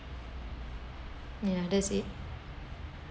ya that's it